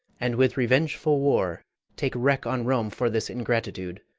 and with revengeful war take wreak on rome for this ingratitude,